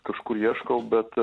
kažkur ieškau bet